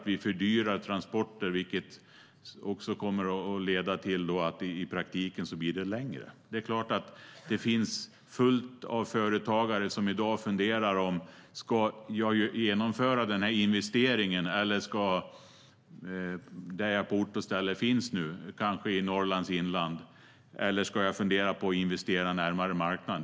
Vi fördyrar transporter, vilket kommer att leda till att de i praktiken blir längre. Det är klart att det finns fullt av företagare som i dag funderar på om de ska genomföra en viss investering på ort och ställe där de finns, kanske i Norrlands inland, eller om de ska investera närmare marknaden.